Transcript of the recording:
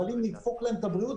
אבל אם נדפוק להם את הבריאות,